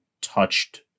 touched